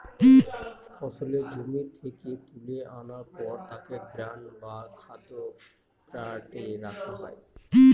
ফসলকে জমি থেকে তুলে আনার পর তাকে গ্রেন বা খাদ্য কার্টে রাখা হয়